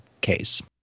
case